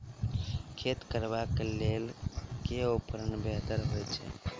खेत कोरबाक लेल केँ उपकरण बेहतर होइत अछि?